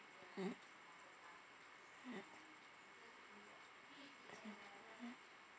um